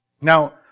Now